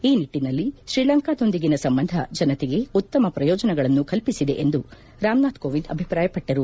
ಈ ನಿಟ್ಟನಲ್ಲಿ ತ್ರೀಲಂಕಾದೊಂದಿಗಿನ ಸಂಬಂಧ ಜನತೆಗೆ ಉತ್ತಮ ಪ್ರಯೋಜನಗಳನ್ನು ಕಲ್ಪಿಸಿದೆ ಎಂದು ರಾಮನಾಥ್ ಕೋವಿಂದ್ ಅಭಿಪ್ರಾಯಪಟ್ಟರು